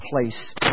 place